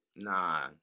Nah